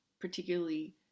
particularly